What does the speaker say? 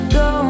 go